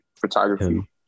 photography